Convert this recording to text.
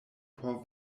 por